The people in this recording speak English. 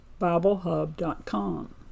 BibleHub.com